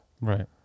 Right